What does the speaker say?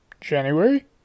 January